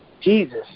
Jesus